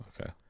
Okay